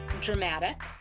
dramatic